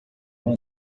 uma